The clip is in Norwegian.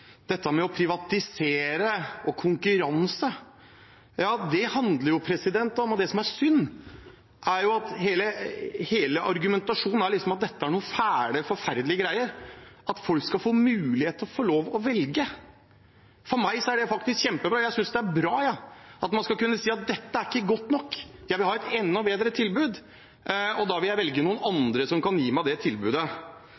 dette med privatisering og konkurranse. Det som er synd, er at hele argumentasjonen liksom er at dette er noen fæle, forferdelige greier, at folk skal få mulighet til å få lov å velge. For meg er det faktisk kjempebra. Jeg synes det er bra at man skal kunne si at dette er ikke godt nok, jeg vil ha et enda bedre tilbud, og da vil jeg velge noen